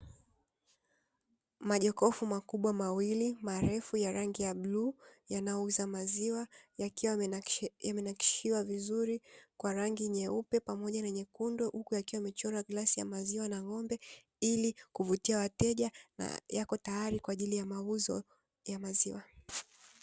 Majokofu makubwa mawili marefu ya rangi bluu yanayouza maziwa, yakiwa yamenakishiwa vizuri kwa rangi nyeupe pamoja na nyekundu. Huku yakiwa yamechorwa glasi ya maziwa na ng'ombe ili kuvutia wateja, na yapo teyari kwa ajili ya mauzo ya maziwa.